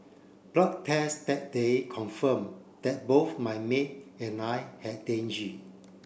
blood test that day confirm that both my maid and I had